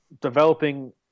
developing